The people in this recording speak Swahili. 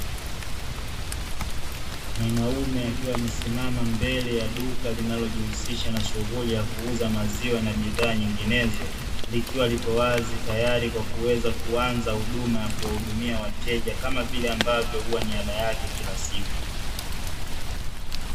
Mwanaume akiwa amesimama mbele ya duka linalojihusisha na shuguli ya kuuza maziwa na bidhaa nyinginezo likiwa liko wazi tayari kwa kuanza huduma ya kuwahudumia wateja kama vile ambavyo huwa ni ada yake kila siku.